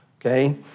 okay